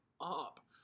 up